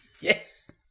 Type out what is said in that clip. Yes